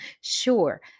sure